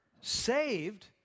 saved